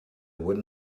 would